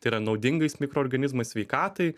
tai yra naudingais mikroorganizmais sveikatai